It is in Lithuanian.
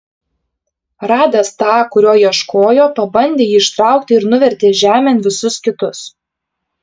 radęs tą kurio ieškojo pabandė jį ištraukti ir nuvertė žemėn visus kitus